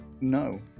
No